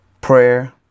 prayer